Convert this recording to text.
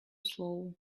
slow